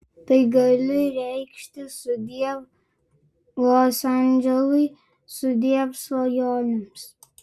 tai gali reikšti sudiev los andželui sudiev svajonėms